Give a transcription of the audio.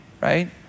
Right